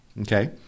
Okay